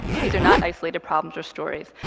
these are not isolated problems or stories.